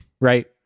Right